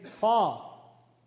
Paul